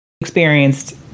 experienced